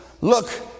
look